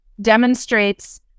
demonstrates